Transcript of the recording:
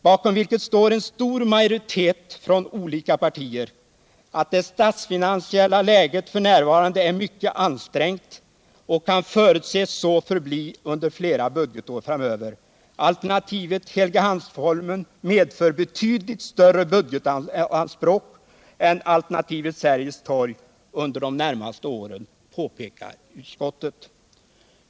bakom vilket står en stor majoritet från olika partier, att det statsfinansiella läget f.n. är mycket ansträngt och kan förutses så förbli under flera budgetår framöver. Alternativet Helgeandsholmen medför betydligt större budgetanspråk än alternativet Sergels torg under de närmaste åren, påpekar utskottet.